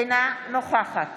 אינה נוכחת